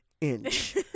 inch